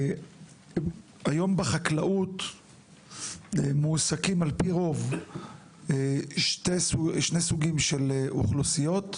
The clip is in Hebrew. היום בחקלאות מועסקים על פי רוב שני סוגים של אוכלוסיות: